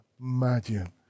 imagine